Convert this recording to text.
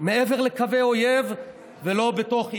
מעבר לקווי אויב ולא בתוך איראן".